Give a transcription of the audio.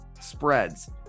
spreads